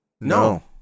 No